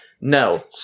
No